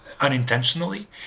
unintentionally